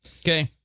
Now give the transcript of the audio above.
okay